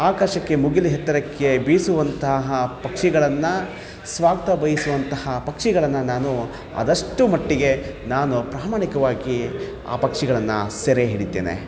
ಆಕಾಶಕ್ಕೆ ಮುಗಿಲು ಎತ್ತರಕ್ಕೆ ಬೀಸುವಂತಹ ಪಕ್ಷಿಗಳನ್ನು ಸ್ವಾರ್ಥ ಬಯಸುವಂತಹ ಪಕ್ಷಿಗಳನ್ನು ನಾನು ಆದಷ್ಟು ಮಟ್ಟಿಗೆ ನಾನು ಪ್ರಾಮಾಣಿಕವಾಗಿ ಆ ಪಕ್ಷಿಗಳನ್ನು ಸೆರೆ ಹಿಡಿತೇನೆ